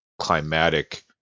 climatic